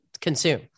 consume